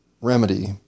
remedy